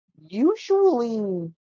Usually